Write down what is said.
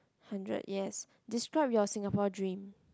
hundred yes describe your Singapore dream